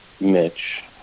Mitch